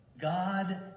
god